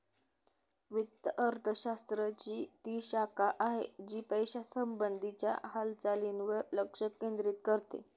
वित्त अर्थशास्त्र ची ती शाखा आहे, जी पैशासंबंधी च्या हालचालींवर लक्ष केंद्रित करते